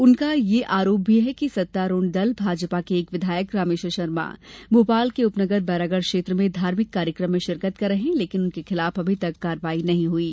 उनका यह आरोप भी है कि सत्तारूढ दल भाजपा के एक विधायक रामेश्वर शर्मा भोपाल के उपनगर बैरागढ क्षेत्र में धार्मिक कार्यक्रम में शिरकत कर रहे है लेकिन उनके खिलाफ अभी तक कार्रवाई नहीं हुयी